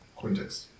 context